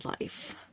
life